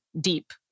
deep